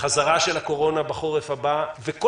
וגם לגבי חזרה של הקורונה בחורף או כל